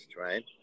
right